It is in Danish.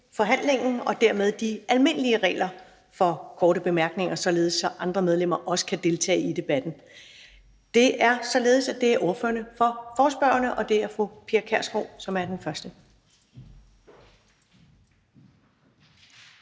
og dermed de almindelige regler for korte bemærkninger, således at andre medlemmer også kan deltage i debatten. Det er således, at det først er ordføreren for forespørgerne, og det er fru Pia Kjærsgaard. Kl.